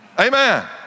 Amen